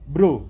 Bro